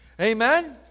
Amen